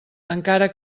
encara